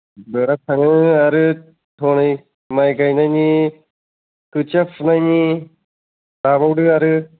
बेराद थाङो आरो हनै माइ गायनायनि खोथिया फोनायनि लाबावदो आरो